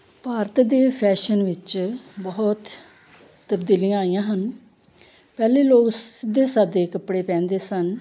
ਭਾਰਤ ਦੇ ਫੈਸ਼ਨ ਵਿੱਚ ਬਹੁਤ ਤਬਦੀਲੀਆਂ ਆਈਆਂ ਹਨ ਪਹਿਲੇ ਲੋਕ ਸਿੱਧੇ ਸਾਦੇ ਕੱਪੜੇ ਪਹਿਨਦੇ ਸਨ